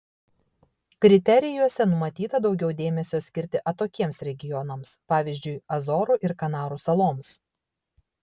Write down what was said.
kriterijuose numatyta daugiau dėmesio skirti atokiems regionams pavyzdžiui azorų ir kanarų saloms